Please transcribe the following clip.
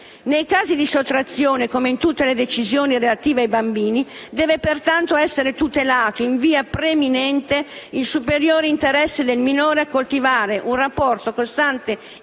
Nei casi di sottrazione, come in tutte le decisioni relative ai bambini, deve pertanto essere tutelato in via preminente il superiore interesse del minore a coltivare un rapporto costante